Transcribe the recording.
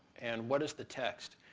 and what is the text.